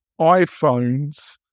iphones